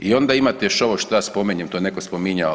I onda imate još ovo što ja spominjem, to je netko spominjao.